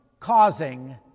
causing